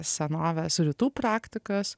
senovės rytų praktikas